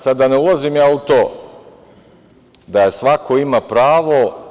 Sad da ne ulazim u to da svako ima pravo.